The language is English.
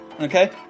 Okay